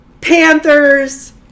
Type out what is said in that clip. panthers